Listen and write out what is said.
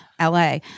LA